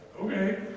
okay